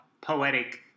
poetic